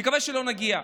אני מקווה שלא נגיע,